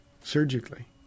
Surgically